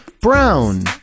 Brown